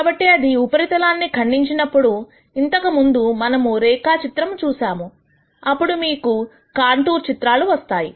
కాబట్టి అది ఉపరితలాన్ని ఖండించినపుడు ఇంతకుముందు మనము రేఖా చిత్రం చూసాము అప్పుడు మీకు కాంటూర్ చిత్రాలు వస్తాయి